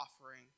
offering